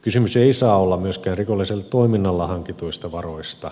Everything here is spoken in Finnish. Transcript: kysymys ei saa olla myöskään rikollisella toiminnalla hankituista varoista